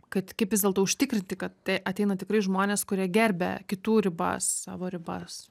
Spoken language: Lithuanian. kad kaip vis dėlto užtikrinti kad tai ateina tikrai žmonės kurie gerbia kitų ribas savo ribas